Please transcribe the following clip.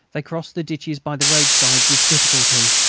they crossed the ditches by the roadside with difficulty,